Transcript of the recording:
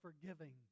forgiving